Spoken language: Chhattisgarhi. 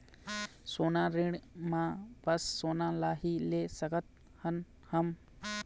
सोना ऋण मा बस सोना ला ही ले सकत हन हम?